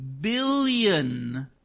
billion